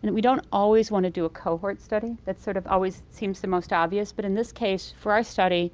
and that we don't always want to do a cohort study that sort of always seems the most obvious. but in this case, for our study,